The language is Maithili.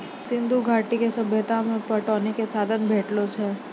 सिंधु घाटी के सभ्यता मे पटौनी के साधन भेटलो छै